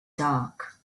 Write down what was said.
dark